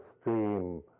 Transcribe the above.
stream